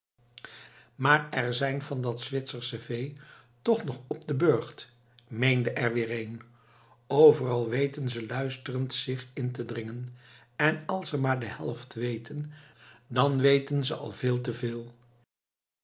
maar er zijn er van dat zwitsersche vee toch nog op den burcht meende er weer een overal weten ze luisterend zich in te dringen en als ze maar de helft weten dan weten ze al veel te veel